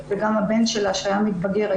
וגם הבן שלה שהיה מתבגר,